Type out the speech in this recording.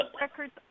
records